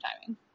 timing